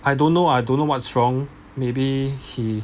I don't know I don't know what's wrong maybe he